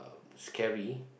scary